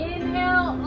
Inhale